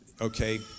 Okay